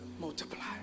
multiply